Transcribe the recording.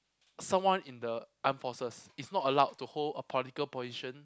someone in the armed forces is not allowed to hold a political position